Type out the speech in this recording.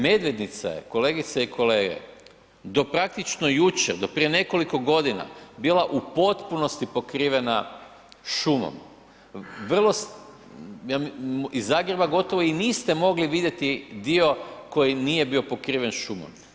Medvednica je kolegice i kolege, do praktično jučer, do prije nekoliko godina bila u potpunosti pokrivena šumom, iz Zagreba gotovo i niste mogli vidjeti dio koji nije bio pokriven šumom.